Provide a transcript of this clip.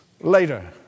later